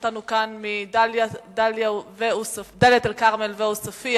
מדאלית-אל-כרמל ועוספיא